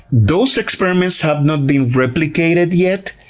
those experiments have not been replicated yet.